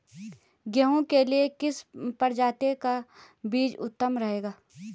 गेहूँ के लिए किस प्रजाति का बीज उत्तम रहेगा?